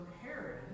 Herod